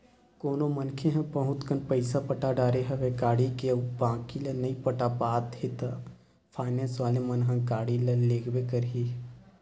कोनो मनखे ह बहुत कन पइसा पटा डरे हवे गाड़ी के अउ बाकी ल नइ पटा पाते हे ता फायनेंस वाले मन ह गाड़ी ल लेगबे करही